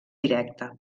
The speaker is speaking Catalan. directe